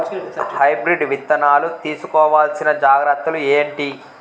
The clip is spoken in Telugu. హైబ్రిడ్ విత్తనాలు తీసుకోవాల్సిన జాగ్రత్తలు ఏంటి?